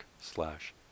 slash